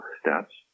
steps